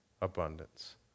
abundance